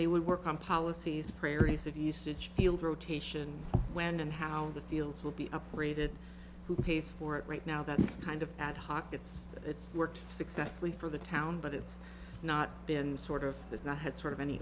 they will work on policies prairies of usage field rotation when and how the fields will be upgraded who pays for it right now that's kind of ad hoc it's it's worked successfully for the town but it's not been sort of has not had sort of any